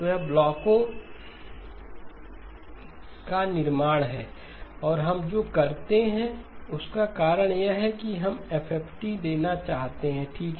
तो यह ब्लॉकों का निर्माण है और हम जो करते हैं उसका कारण यह है कि हम FFT लेना चाहते हैं ठीक